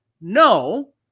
no